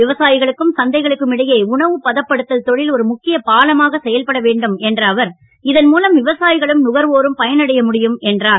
விவசாயிகளுக்கும் சந்தைகளுக்கும் இடையே உணவு பதப்படுத்தல் தொழில் ஒரு முக்கியப் பாலமாக செயல்பட வேண்டும் என்ற அவர் இதன் மூலம் விவசாயிகளும் நுகர்வோரும் பயன் அடைய முடியும் என்றார்